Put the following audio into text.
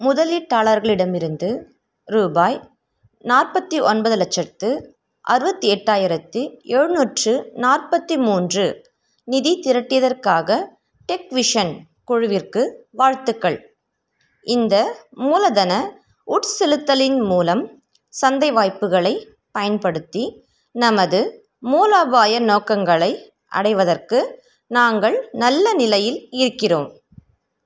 முதலீட்டாளர்களிடமிருந்து ருபாய் நாற்பத்தி ஒன்பது லட்சத்து அறுபத்தி எட்டாயிரத்து எழ்நூற்று நாற்பத்தி மூன்று நிதி திரட்டியதற்காக டெக் விஷன் குழுவிற்கு வாழ்த்துகள் இந்த மூலதன உட்செலுத்தலின் மூலம் சந்தை வாய்ப்புகளைப் பயன்படுத்தி நமது மூலோபாய நோக்கங்களை அடைவதற்கு நாங்கள் நல்ல நிலையில் இருக்கிறோம்